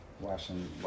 watching